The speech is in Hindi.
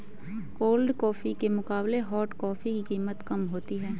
कोल्ड कॉफी के मुकाबले हॉट कॉफी की कीमत कम होती है